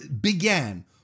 began